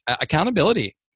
accountability